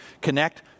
connect